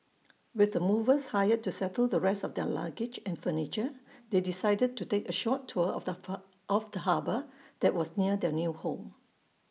with the movers hired to settle the rest of their luggage and furniture they decided to take A short tour of the fur of the harbour that was near their new home